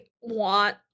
want